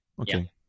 Okay